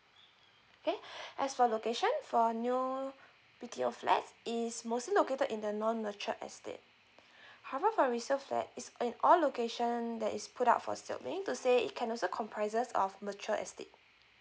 okay as for location for a new B_T_O flat is mostly located in the non matured estate however for a resale flat is in all location that is put up for sale meaning to say it can also comprises of mutual estate